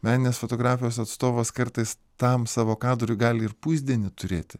meninės fotografijos atstovas kartais tam savo kadrui gali ir pusdienį turėti